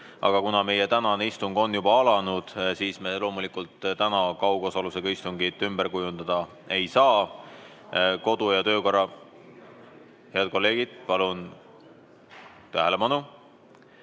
aga kuna meie tänane istung on juba alanud, siis me loomulikult seda kaugosalusega istungiks ümber kujundada ei saa. (Sumin saalis.) Head kolleegid, palun tähelepanu!